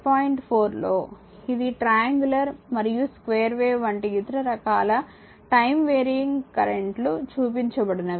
4లో ఇది ట్రయాంగులర్ మరియు square wave వంటి ఇతర రకాల టైమ్ వెరీయింగ్ కరెంట్ లు చూపించబడినవి